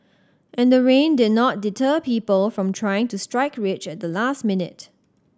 and the rain did not deter people from trying to strike rich at the last minute